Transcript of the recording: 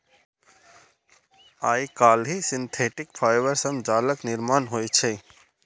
आइकाल्हि synthetic fibre सं जालक निर्माण होइ छै